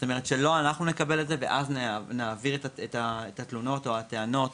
כלומר לא שאנחנו נקבל את זה ואז נעביר את התלונות או הטענות.